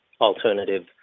alternative